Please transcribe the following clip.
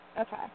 Okay